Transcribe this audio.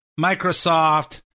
Microsoft